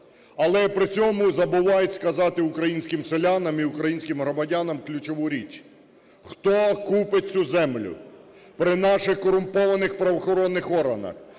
Але при цьому забувають сказати українським селянам і українським громадянам ключову річ: хто купить цю землю. При наших корумпованих правоохоронних органах,